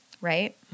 right